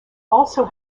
also